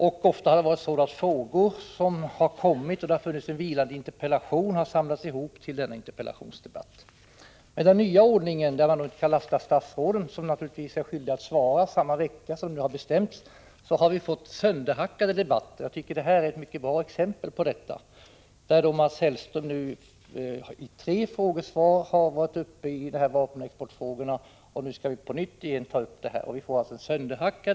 Ofta har frågor som kommit i samma ämne som en vilande interpellation samlats ihop till en interpellationsdebatt. Med den nya ordningen — där man inte kan lasta statsråden, som naturligtvis är skyldiga att svara samma vecka som frågorna ställs enligt vad som har bestämts — har vi fått sönderhackade debatter. Detta ämne är ett mycket bra exempel: Mats Hellström har i tre frågesvar debatterat vapenexportfrågorna och får nu på nytt ta upp dem.